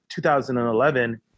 2011